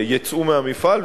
יוצאו מהמפעל,